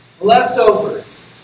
leftovers